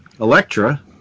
Electra